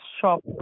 shop